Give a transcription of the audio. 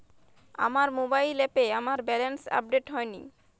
আমার মোবাইল অ্যাপে আমার ব্যালেন্স আপডেট হয়নি